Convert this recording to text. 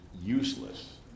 useless